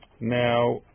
Now